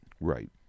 Right